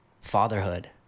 fatherhood